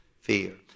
fear